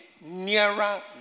nearer